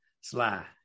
Sly